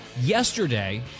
Yesterday